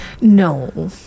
No